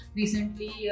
recently